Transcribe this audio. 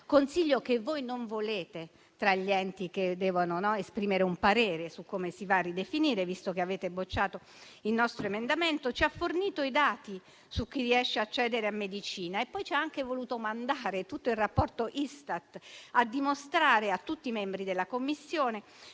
organismo che voi non volete tra gli enti che devono esprimere un parere su come si va a ridefinire, visto che avete bocciato il nostro emendamento. Ebbene, Alessia Conte ci ha fornito i dati su chi riesce ad accedere a medicina e poi ci ha anche voluto mandare tutto il rapporto Istat a dimostrare a tutti i membri della Commissione